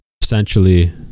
essentially